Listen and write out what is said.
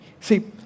See